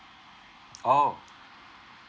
oh